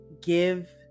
give